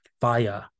via